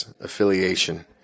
affiliation